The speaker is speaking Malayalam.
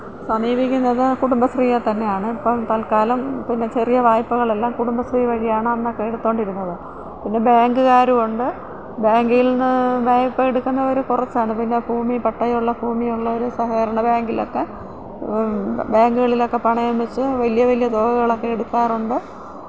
സമീപിക്കുന്നത് കുടുംബശ്രീയെ തന്നെയാണ് ഇപ്പോള് തൽക്കാലം പിന്നെ ചെറിയ വായ്പകളെല്ലാം കുടുംബശ്രീ വഴിയാണ് അന്നൊക്കെ എടുത്തുകൊണ്ടിരുന്നത് പിന്നെ ബാങ്കുകാരൂണ്ട് ബാങ്കിൽനിന്ന് വായ്പ എടുക്കുന്നവര് കുറച്ചാണ് പിന്നെ ഭൂമി പട്ടയമുള്ള ഭൂമിയുള്ളവര് സഹകരണ ബാങ്കിലൊക്കെ ബാങ്കുകളിലൊക്കെ പണയം വച്ച് വലിയ വലിയ തുകകളൊക്കെ എടുക്കാറുണ്ട്